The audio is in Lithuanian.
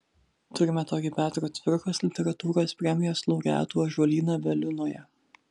turime tokį petro cvirkos literatūros premijos laureatų ąžuolyną veliuonoje